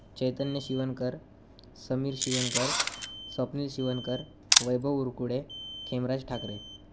Chaitanya Shivankar Sameer Shivankar Swapnil Shivankar Vaibhav Urkude Khemraj Thackeray